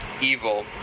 evil